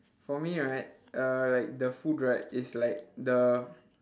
for me right err like the food right is like the